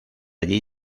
allí